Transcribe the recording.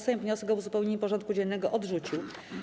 Sejm wniosek o uzupełnienie porządku dziennego odrzucił.